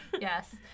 Yes